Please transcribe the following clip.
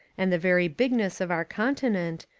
and the very bigness of our continent,